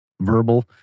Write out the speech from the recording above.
verbal